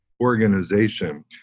organization